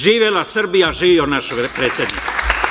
Živela Srbija, živeo naš predsednik.